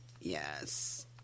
Yes